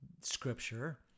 Scripture